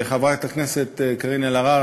חברת הכנסת קארין אלהרר,